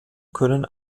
können